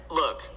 look